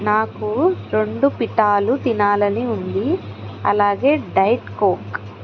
నాకు రెండు పిటాలు తినాలని ఉంది అలాగే డైట్ కోక్